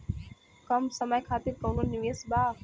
कम समय खातिर कौनो निवेश बा?